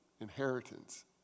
inheritance